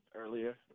earlier